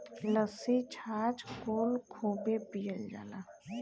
लस्सी छाछ कुल खूबे पियल जाला